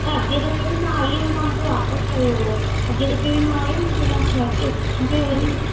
त अॻे दफ़े बि मां आई हुयमि तां मुखे वापस कयो हुयव अॻे दफ़े बि मां आई हुयमि न त तां ॿ टे मुखे वरी